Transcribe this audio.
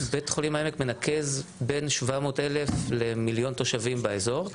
בית חולים העמק מנקז בין 700 אלף למיליון תושבים באזור.